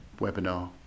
webinar